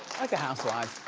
like the housewives.